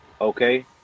Okay